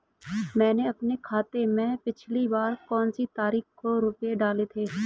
मैंने अपने खाते में पिछली बार कौनसी तारीख को रुपये डाले थे?